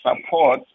support